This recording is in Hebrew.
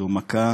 זו מכה